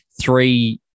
Three